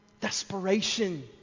Desperation